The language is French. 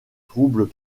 troubles